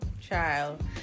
child